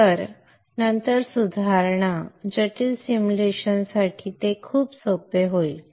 तर नंतर सुधारणा जटिल सिम्युलेशनसाठी ते खूप सोपे होईल